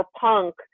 punk